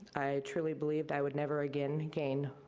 i truly believed i would never again again